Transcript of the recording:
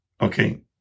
Okay